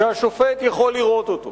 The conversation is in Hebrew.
שהשופט יכול לראות אותו